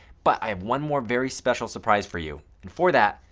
but, i have one more very special surprise for you. and for that,